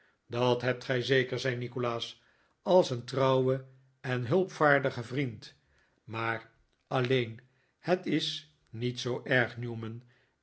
dat hebt gij zeker zei nikolaas als een trouwe en hulpvaardige vriend maar alleen het is niet zoo erg newman